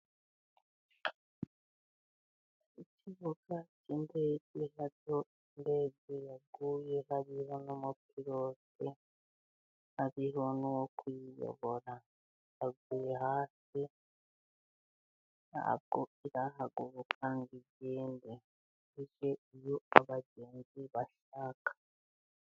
Ikibuga cy'indege hariho indege yaguye, hariho n'umupilote, hariho n'uwo kuyiyobora, yaguye hasi nta bwo irahaguruka ngo igende ijye iyo abagenzi bashaka.